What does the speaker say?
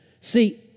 See